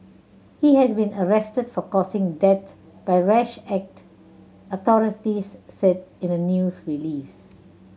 he has been arrested for causing death by rash act authorities said in a news release